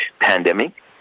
pandemic